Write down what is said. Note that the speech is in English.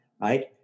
right